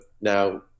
now